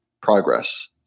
progress